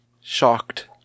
shocked